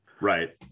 Right